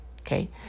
Okay